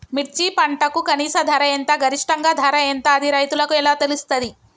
మిర్చి పంటకు కనీస ధర ఎంత గరిష్టంగా ధర ఎంత అది రైతులకు ఎలా తెలుస్తది?